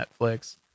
Netflix